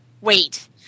wait